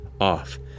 off